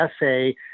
essay